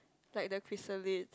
like the chrysalis